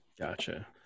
Gotcha